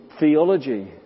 theology